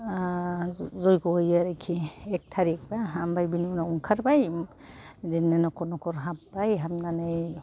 जैग्य होयो आरोखि एक थारिख बा ओमफ्राय बिनि उनाव ओंखारबाय बिदिनो नखर नखर हाबबाय हाबनानै